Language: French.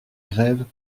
grève